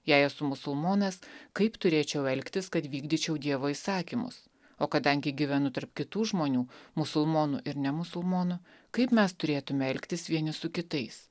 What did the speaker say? jei esu musulmonas kaip turėčiau elgtis kad vykdyčiau dievo įsakymus o kadangi gyvenu tarp kitų žmonių musulmonų ir ne musulmonų kaip mes turėtume elgtis vieni su kitais